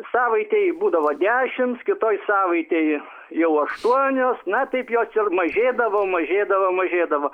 savaitėj būdavo dešims kitoj savaitėj jau aštuonios na taip jos ir mažėdavo mažėdavo mažėdavo